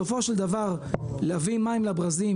התקציבים של העובדים שלו והמשכורות שלהם לא נמדדים על פי זה,